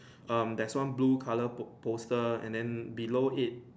um there's one blue color po~ poster and then below it